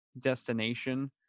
destination